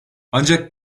ancak